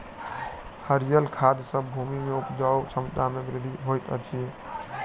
हरीयर खाद सॅ भूमि के उपजाऊ क्षमता में वृद्धि होइत अछि